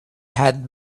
had